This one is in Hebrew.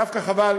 דווקא חבל